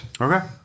okay